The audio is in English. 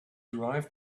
arrived